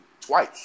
twice